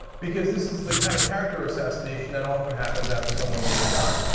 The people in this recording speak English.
because this is the kind of character assassination that often happens after somebody gets shot.